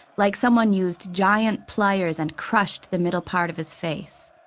like someone used giant pliers and crushed the middle part of his face.